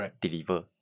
deliver